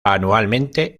anualmente